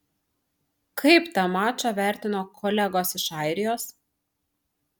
kaip tą mačą vertino kolegos iš airijos